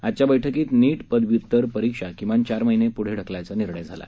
आजच्या बैठकीत नीट पदव्यत्तर परीक्षा किमान चार महिने पृढं ढकलायचा निर्णय झाला